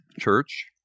church